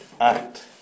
act